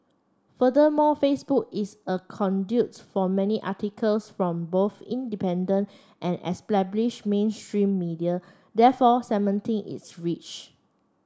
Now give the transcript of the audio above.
furthermore Facebook is a conduit for many articles from both independent and established mainstream media therefore cementing its reach